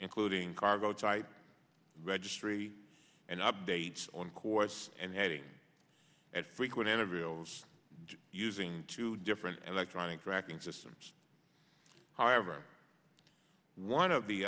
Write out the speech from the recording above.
including cargo type registry and updates on course and heading at frequent intervals using two different electronic tracking systems however one of the